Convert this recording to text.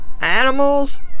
animals